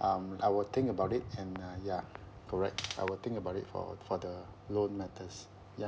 um I will think about it and uh ya correct I will think about it for for the loan matters ya